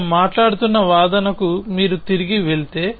మనము మాట్లాడుతున్న వాదనకు మీరు తిరిగి వెళితే